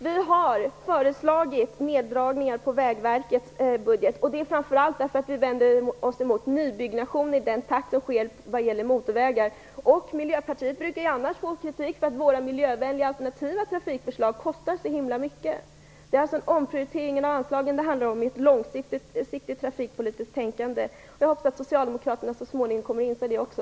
Vi har föreslagit neddragningen på Vägverkets budget framför allt för att vi vänder oss emot nybyggnation av motorvägar i den takt som sker. Miljöpartiet brukar annars få kritik för att våra miljövänliga alternativa trafikförslag kostar så himla mycket. Det är alltså en omprioritering av anslagen det handlar om, i ett långsiktigt trafikpolitiskt tänkande. Jag hoppas att socialdemokraterna så småningom kommer att inse det också.